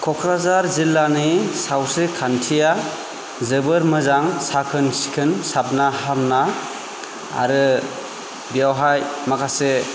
क'क्राझार जिल्लानि सावस्रि खानथिया जोबोर मोजां साखोन सिखोन साबना हामना आरो बेयावहाय माखासे